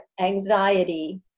anxiety